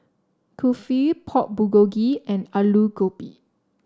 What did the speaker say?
Kulfi Pork Bulgogi and Alu Gobi